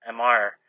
MR